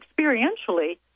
experientially